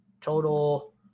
total